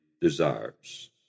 desires